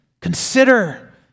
consider